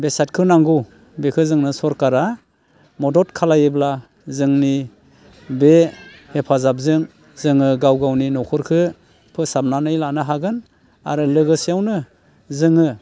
बेसादखौ नांगौ बेखौ जोंनो सोरखारा मदद खालामोब्ला जोंनि बे हेफाजाबजों जोङो गाव गावनि न'खरखौ फोसाबनानै लानो हागोन आरो लोगोसेयावनो जोङो